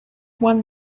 one